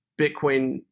Bitcoin